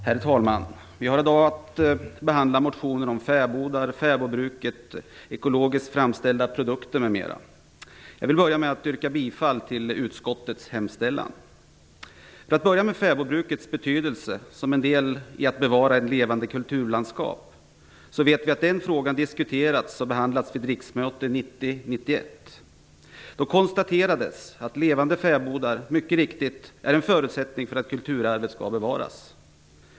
Herr talman! Vi har i dag att behandla betänkandet om fäbodar, fäbodbruket, ekologiskt framställda produkter m.m. Jag vill börja med att yrka bifall till utskottets hemställan. För att börja med fäbodbrukets betydelse, som en del i bevarandet av ett levande kulturlandskap, vet vi att frågan har diskuterats och behandlats vid riksmötet 1990/91. Då konstaterades att levande fäbodar, mycket riktigt, är en förutsättning för att kulturarvet skall bevaras.